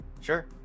Sure